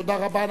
תודה רבה.